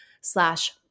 slash